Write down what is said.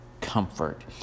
comfort